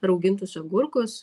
raugintus agurkus